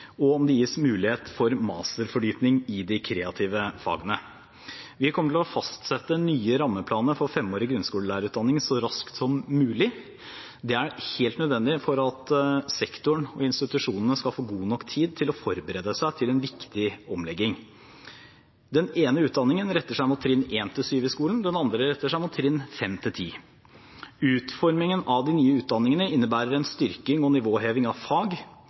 og om det gis mulighet for masterfordypning i de kreative fagene. Vi kommer til å fastsette nye rammeplaner for femårig grunnskolelærerutdanning så raskt som mulig. Det er helt nødvendig for at sektoren og institusjonene skal få god nok tid til å forberede seg til en viktig omlegging. Den ene utdanningen retter seg mot trinn 1–7 i skolen, den andre retter seg mot trinn 5–10. Utformingen av de nye utdanningene innebærer en styrking og nivåheving av fag,